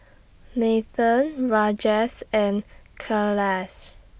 Nathan Rajesh and Kailash